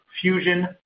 Fusion